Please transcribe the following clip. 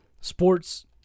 Sports